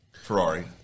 Ferrari